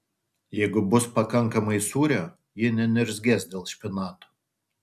jeigu bus pakankamai sūrio ji neniurzgės dėl špinatų